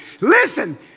Listen